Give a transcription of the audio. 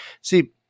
See